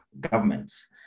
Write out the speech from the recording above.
governments